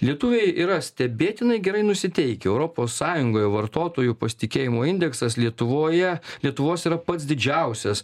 lietuviai yra stebėtinai gerai nusiteikę europos sąjungoj vartotojų pasitikėjimo indeksas lietuvoje lietuvos yra pats didžiausias